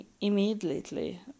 immediately